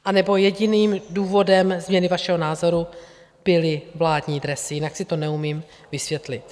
Anebo jediným důvodem změny vašeho názoru byly vládní dresy, jinak si to neumím vysvětlit.